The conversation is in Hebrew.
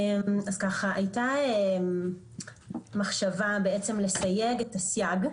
הייתה מחשבה בעצם לסייג את הסייג.